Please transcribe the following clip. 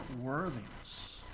worthiness